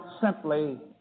simply